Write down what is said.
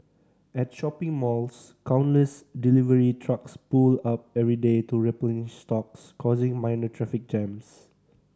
at shopping malls countless delivery trucks pull up every day to replenish stocks causing minor traffic jams